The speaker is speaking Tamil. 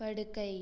படுக்கை